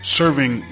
serving